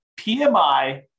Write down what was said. PMI